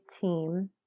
team